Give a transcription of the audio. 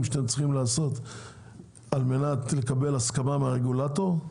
שאתם צריכים לעשות כדי לקבל הסכמה מהרגולטור.